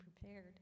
prepared